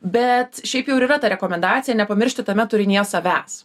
bet šiaip jau yra ta rekomendacija nepamiršti tame turinyje savęs